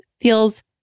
feels